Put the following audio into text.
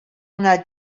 una